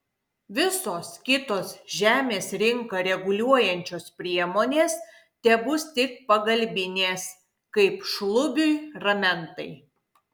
visos kitos žemės rinką reguliuojančios priemonės tebus tik pagalbinės kaip šlubiui ramentai